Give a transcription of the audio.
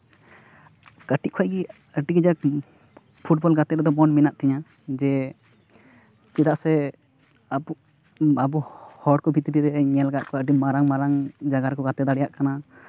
ᱠᱟᱹᱴᱤᱡ ᱠᱷᱚᱱ ᱜᱮ ᱟᱹᱰᱤ ᱠᱟᱡᱟᱠᱤᱧ ᱯᱷᱩᱴᱵᱚᱞ ᱜᱟᱛᱮ ᱨᱮᱫᱚ ᱢᱚᱱ ᱢᱮᱱᱟᱜ ᱛᱤᱧᱟᱹ ᱡᱮ ᱪᱮᱫᱟᱜ ᱥᱮ ᱟᱵᱚ ᱟᱵᱚ ᱦᱚᱲ ᱠᱚ ᱵᱷᱤᱛᱨᱤ ᱨᱮᱧ ᱧᱮᱞ ᱠᱟᱜ ᱠᱚᱣᱟ ᱟᱹᱰᱤ ᱢᱟᱨᱟᱝ ᱢᱟᱨᱟᱝ ᱡᱟᱭᱜᱟ ᱨᱮᱠᱚ ᱜᱟᱛᱮ ᱫᱟᱲᱮᱭᱟᱜ ᱠᱟᱱᱟ